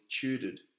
tutored